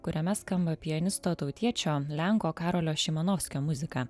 kuriame skamba pianisto tautiečio lenko karolio šimanovskio muzika